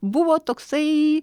buvo toksai